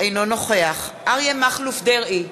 אינו נוכח אריה מכלוף דרעי,